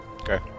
Okay